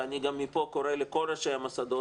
ואני גם מפה קורא לכל ראשי המוסדות,